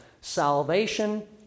salvation